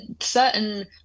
certain